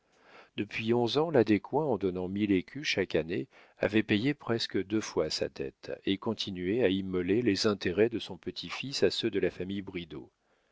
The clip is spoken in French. depuis onze ans la descoings en donnant mille écus chaque année avait payé presque deux fois sa dette et continuait à immoler les intérêts de son petit-fils à ceux de la famille bridau